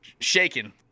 shaking